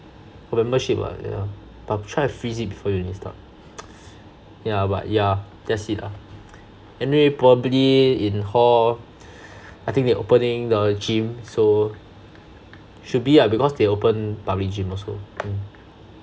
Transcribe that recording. got membership [what] yeah but I'll try to freeze it before uni start yeah but yeah that's it lah anyway probably in hall I think they opening the gym so should be lah because they open public gym also mm